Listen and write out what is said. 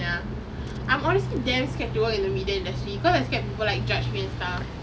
ya I'm honestly damn scared to work in the media industry cause I scared people like judge me and stuff